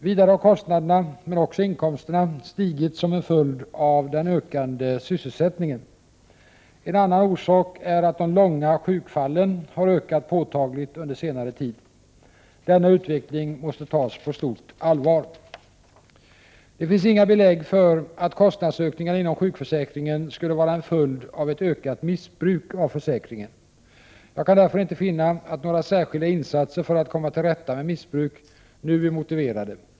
Vidare har kostnaderna, men också inkomsterna, stigit som en följd av den ökande sysselsättningen. En annan orsak är att de långa sjukfallen har ökat påtagligt under senare tid. Denna utveckling måste tas på stort allvar. Det finns inga belägg för att kostnadsökningarna inom sjukförsäkringen skulle vara en följd av ett ökat missbruk av försäkringen. Jag kan därför inte finna att några särskilda insatser för att komma till rätta med missbruk nu är motiverade.